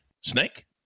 Snake